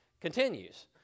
continues